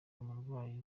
umurwayi